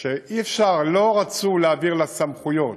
זה שלא רצו להעביר לה סמכויות.